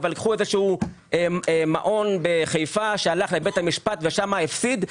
אבל לקחו איזשהו מעון בחיפה שהלך לבית המשפט ושם הפסיד,